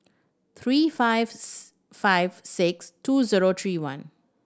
three fifth five six two zero three one